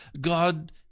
God